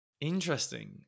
Interesting